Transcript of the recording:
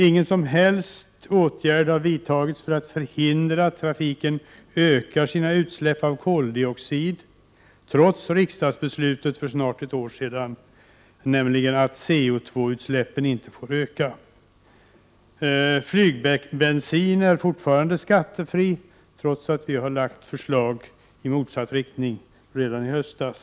Ingen som helst åtgärd har vidtagits för att förhindra att trafiken ökar sina koldioxidutsläpp, trots riksdagsbeslutet för snart ett år sedan att utsläppen av CO; inte får öka. Flygbensin är fortfarande skattefri, trots att vi lade fram förslag i motsatt riktning redan i höstas.